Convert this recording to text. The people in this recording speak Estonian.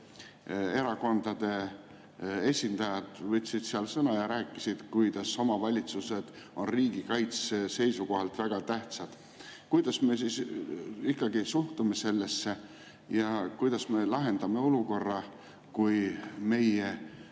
erakondade esindajad võtsid sõna ja rääkisid, kuidas omavalitsused on riigikaitse seisukohalt väga tähtsad. Kuidas me siis ikkagi suhtume sellesse ja kuidas me lahendame olukorra, kui meie